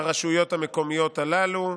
הרשויות המקומיות הללו.